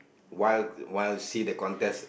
while while see the contest